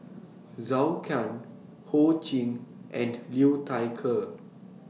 Zhou Can Ho Ching and Liu Thai Ker